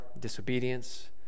disobedience